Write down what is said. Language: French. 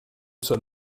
sois